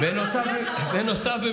בנוסף,